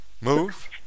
Move